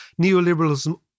Neoliberalism